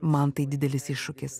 man tai didelis iššūkis